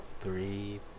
Three